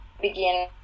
begin